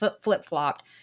Flip-flopped